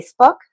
Facebook